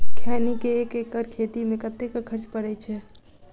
खैनी केँ एक एकड़ खेती मे कतेक खर्च परै छैय?